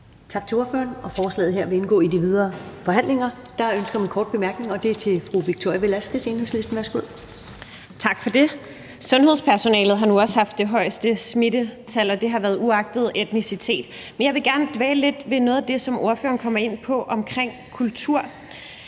ordføreren, og forslaget her vil indgå i de videre forhandlinger. Der er ønske om en kort bemærkninger, og den er til fru Victoria Velasquez, Enhedslisten. Værsgo. Kl. 13:46 Victoria Velasquez (EL): Tak for det. Sundhedspersonalet har nu også haft det højeste smittetal, og det har været uagtet etnicitet. Men jeg vil gerne dvæle lidt ved noget af det, som ordføreren kommer ind på omkring kultur